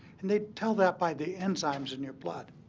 and they tell that by the enzymes in your blood.